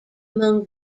among